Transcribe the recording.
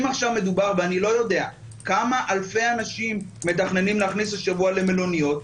אני לא יודע כמה אלפי אנשים מתכננים להכניס השבוע למלוניות,